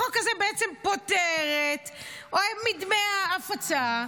החוק הזה בעצם פוטר מדמי ההפצה,